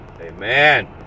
amen